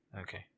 Okay